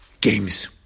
games